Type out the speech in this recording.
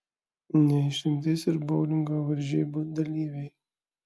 ne išimtis ir boulingo varžybų dalyviai